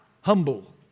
humble